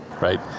right